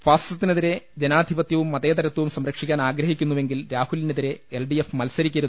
ഫാസിസത്തിനെതിരെ ജനാ ധിപത്യവും മതേതരത്വവും സംരക്ഷിക്കാൻ ആഗ്രഹിക്കു ന്നുവെങ്കിൽ രാഹുലിനെതിരെ എൽ ഡി എഫ് മത്സരിക്കരു